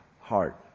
heart